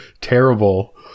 terrible